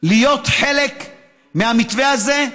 להיות חלק מהמתווה הזה,